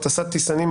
הטסת טיסנים,